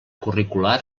curricular